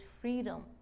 freedom